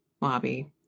lobby